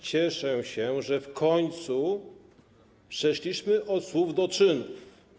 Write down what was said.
Cieszę się, że w końcu przeszliśmy od słów do czynów.